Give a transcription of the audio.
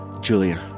Julia